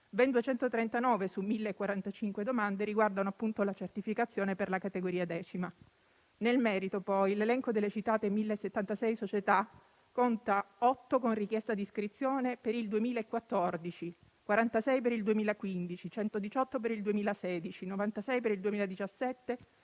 Ben 139 su 1.045 domande riguardano la certificazione per la categoria X. Nel merito, poi, l'elenco delle citate 1.076 società conta 8 con richiesta di iscrizione per il 2014, 46 per il 2015, 118 per il 2016, 96 per il 2017,